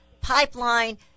pipeline